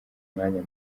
umwanya